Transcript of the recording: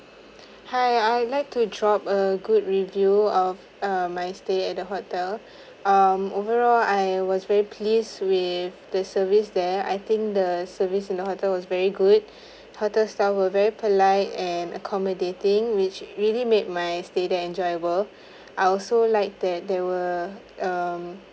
hi I like to drop a good review of um my stay at the hotel um overall I was very pleased with the service there I think the service in the hotel was very good hotel staff were very polite and accommodating which really made my stay there enjoyable I also like that they were um